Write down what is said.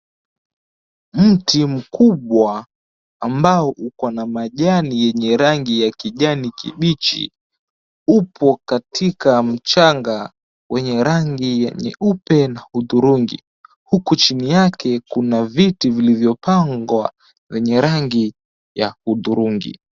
Mti mkubwa ambao uko na majani yenye rangi ya kijani kibichi upo katika mchanga wenye rangi ya nyeupe na hudhurungi. Huku chini yake kuna viti vilivyopangwa vyenye rangi ya hudhurungi.